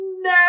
no